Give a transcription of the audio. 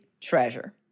treasure